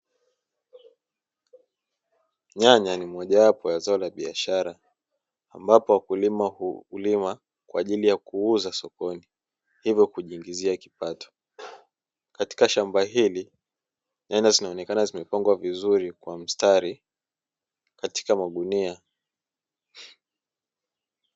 Nyanya ni moja wapo zao la biashara ambapo wakulima hulima kwa ajili ya kuuza sokoni, hivyo kujiingizia kipato. Katika shamba hili nyanya zinaonekana zimepangwa vizuri kwa mstari katika magunia.